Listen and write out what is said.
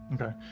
Okay